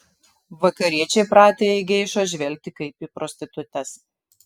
vakariečiai pratę į geišas žvelgti kaip į prostitutes